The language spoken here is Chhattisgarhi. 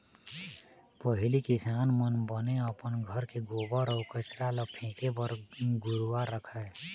पहिली किसान मन बने अपन घर के गोबर अउ कचरा ल फेके बर घुरूवा रखय